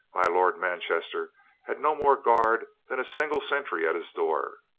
my lord manchester had no more guard than a single sentry at his door.